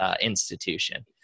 Institution